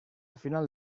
final